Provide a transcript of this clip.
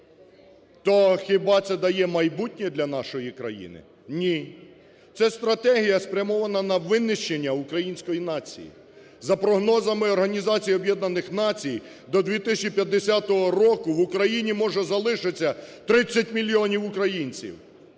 То хіба це дає майбутнє для нашої країни? Ні. Це стратегія спрямована на винищення української нації. За прогнозами Організації Об'єднаних Націй до 2050 року в Україні може залишитися 30 мільйонів українців,